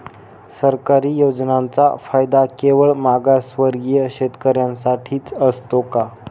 सरकारी योजनांचा फायदा केवळ मागासवर्गीय शेतकऱ्यांसाठीच असतो का?